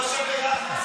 לא על זה הוא העיר.